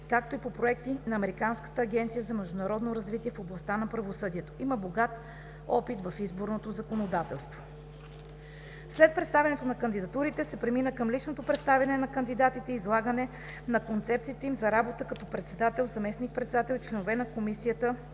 както и по проекти на Американската агенция за международно развитие в областта на правосъдието. Има богат опит в изборното законодателство. След представянето на кандидатурите се премина към личното представяне на кандидатите и излагане на концепциите им за работа като председател, заместник-председател и членове на Комисията